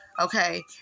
Okay